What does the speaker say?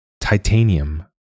Titanium